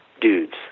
dudes